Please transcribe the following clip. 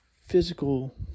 physical